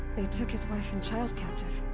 they took his wife and child captive.